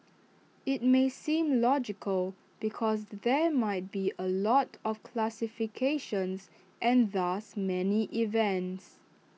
IT may seem logical because there might be A lot of classifications and thus many events